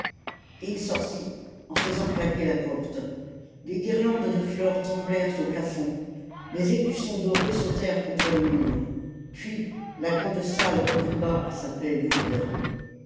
et il sortit en faisant claquer la porte les guirlandes de fleurs tremblèrent au plafond les écussons dorés sautèrent contre les murs puis la grande salle retomba à sa paix lourde